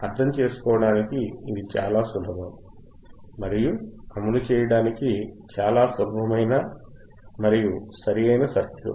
అర్థం చేసుకోవడానికి ఇది చాలా సులభం మరియు అమలు చేయడానికి చాలా సులభమైన మరియు సరియైన సర్క్యూట్